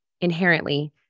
inherently